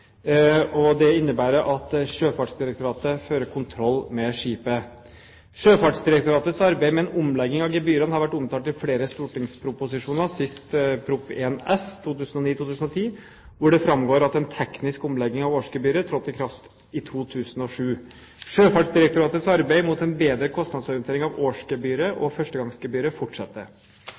innebærer at Sjøfartsdirektoratet fører kontroll med skipet. Sjøfartsdirektoratets arbeid med en omlegging av gebyrene har vært omtalt i flere stortingsproposisjoner, sist i Prop. 1 S for 2009–2010, hvor det framgår at en teknisk omlegging av årsgebyret trådte i kraft i 2007. Sjøfartsdirektoratets arbeid mot en bedre kostnadsorientering av årsgebyret og førstegangsgebyret fortsetter.